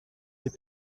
les